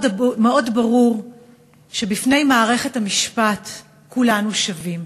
מאוד ברור שבפני מערכת המשפט כולנו שווים,